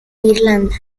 irlanda